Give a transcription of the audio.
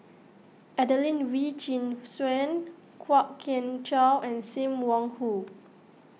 Adelene Wee Chin Suan Kwok Kian Chow and Sim Wong Hoo